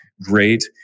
great